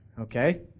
okay